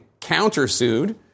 countersued